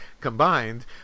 combined